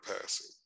passing